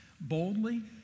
boldly